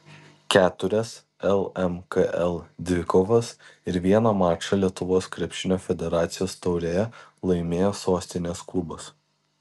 keturias lmkl dvikovas ir vieną mačą lietuvos krepšinio federacijos taurėje laimėjo sostinės klubas